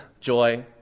joy